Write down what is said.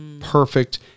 perfect